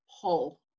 pull